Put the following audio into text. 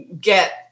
get